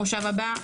מושב הבא,